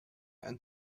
and